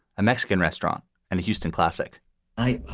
a mexican restaurant and a houston classic i,